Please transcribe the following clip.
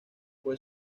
fue